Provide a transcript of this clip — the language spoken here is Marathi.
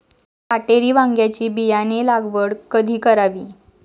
काटेरी वांग्याची बियाणे लागवड कधी करावी?